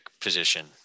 position